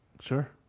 sure